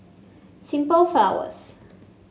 Simple Flowers